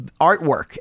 artwork